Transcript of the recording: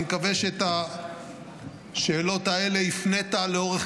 אני מקווה שאת השאלות האלה הפנית לאורך